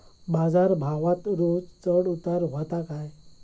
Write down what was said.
बाजार भावात रोज चढउतार व्हता काय?